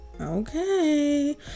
okay